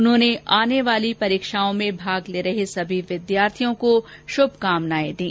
उन्होंने आने वाली परीक्षाओं में भाग ले रहे सभी विद्यार्थियों को शुभकामनाएं भी दीं